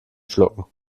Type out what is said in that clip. schlucken